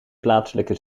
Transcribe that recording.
plaatselijke